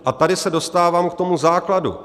A tady se dostávám k tomu základu.